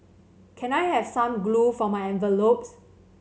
can I have some glue for my envelopes